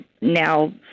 now